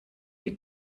wie